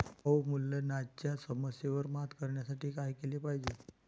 अवमूल्यनाच्या समस्येवर मात करण्यासाठी काय केले पाहिजे?